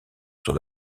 sur